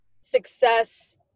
success